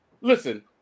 listen